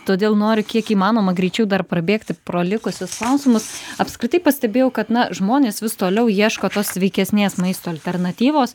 todėl noriu kiek įmanoma greičiau dar prabėgti pro likusius klausimus apskritai pastebėjau kad na žmonės vis toliau ieško tos sveikesnės maisto alternatyvos